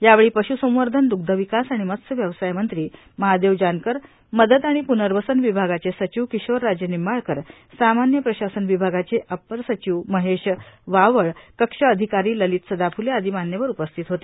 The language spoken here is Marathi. यावेळी पश्संवर्धन द्ग्धविकास आणि मत्स्यव्यवसाय मंत्री महादेव जानकर मदत आणि प्नर्वसन विभागाचे सचिव किशोर राजे निंबाळकर सामान्य प्रशासन विभागाचे अवर सचिव महेश वाव्हळ कक्ष अधिकारी ललित सदाफुले आदी मान्यवर उपस्थित होते